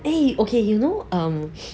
eh okay you know um